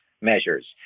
measures